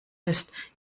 ist